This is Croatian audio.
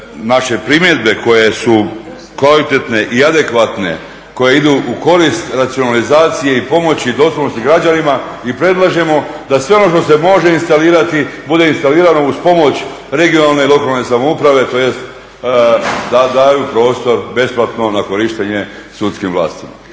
naše primjedbe koje su kvalitetne i adekvatne koje idu u korist racionalizacije i pomoći … građanima i predlažemo da sve ono što se može instalirati bude instalirano uz pomoć regionalne i lokalne samouprave tj. da daju prostor besplatno na korištenje sudskim vlastima.